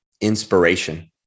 inspiration